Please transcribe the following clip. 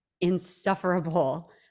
insufferable